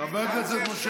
חבר הכנסת משה אבוטבול.